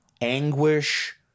anguish